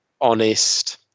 honest